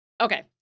Okay